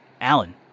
Alan